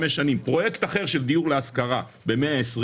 שנים פרויקט אחר של דיור להשכרה ב-120,